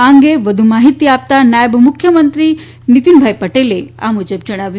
આ અંગે વધુ માહીતી આપતાં નાયબ મુખ્યમંત્રી નીતીન પટેલે આ મુજબ જણાવ્યું